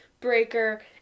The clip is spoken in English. Breaker